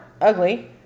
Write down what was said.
ugly